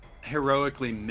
heroically